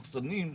מחסנים.